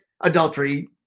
adultery